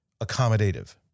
accommodative